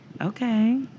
Okay